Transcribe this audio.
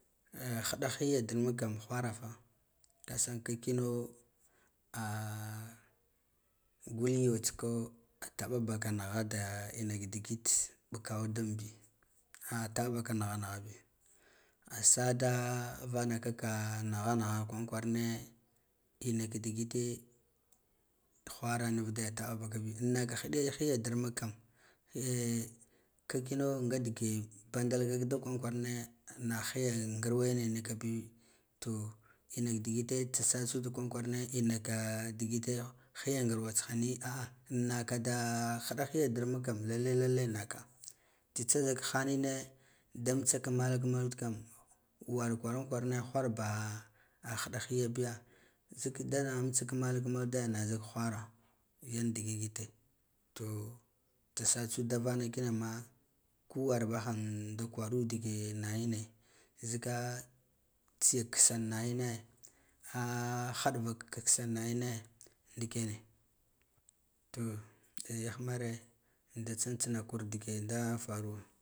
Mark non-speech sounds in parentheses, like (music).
(hesitation) hida higa durmuk kam wharafa kasan ka kina (hesitation) gwul yo tsiko a taɓa baka nigha ina ka digid mɓukaghud dambe a taɓa baka nigha nigha bi asada lanaka ka nigha nigh a kwaran kwarane ina ka digite whara nu vude taba baka bi an naka hiɗe hiya dam uk kam eh kakano nga dige bandal ka kwaran kwarane nah lugan nguryene nikabi to ina ka digite tsatsud kwaran kwarane da ɗigite higa ngarwa tsihani a'a annaka da hiɗa higa darmuk kan lalle lalle naka tsitsa zik hanine dan mitsa ka mal maludu kam war kwaran kwarane wharba a hiɗa hiya biya zik dana amtssa ka mal kamal nuda na zik wharo yan digig gite to sa tsud da vana kinama kuwar bahan ndakwaru dige naghine zika tsiya kissin naghine a haɗva ka kisse naghine ndikene to eh yah mare da tsin tsina kur ndigen da faruwa.